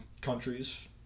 countries